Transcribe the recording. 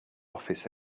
office